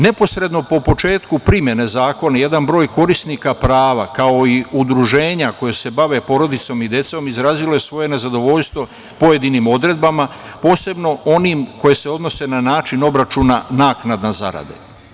Neposredno po početku primene zakona jedan broj korisnika prava, kao i udruženja koja se bave porodicom i decom izrazilo je svoje nezadovoljstvo pojedinim odredbama, posebno onim koje se odnose na način obračuna naknada zarade.